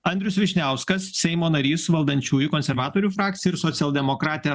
andrius vyšniauskas seimo narys valdančiųjų konservatorių frakcija ir socialdemokratė